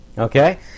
Okay